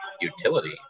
utility